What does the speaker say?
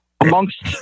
amongst